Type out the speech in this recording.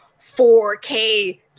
4K